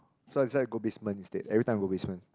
so I decide go basement instead everytime I go basements